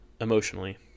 emotionally